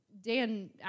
Dan